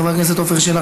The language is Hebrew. חבר הכנסת עפר שלח,